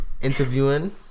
interviewing